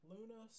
Luna